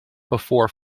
before